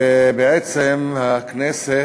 ובעצם הכנסת,